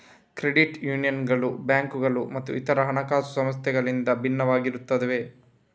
credit ಯೂನಿಯನ್ಗಳು ಬ್ಯಾಂಕುಗಳು ಮತ್ತು ಇತರ ಹಣಕಾಸು ಸಂಸ್ಥೆಗಳಿಂದ ಭಿನ್ನವಾಗಿರುತ್ತವೆ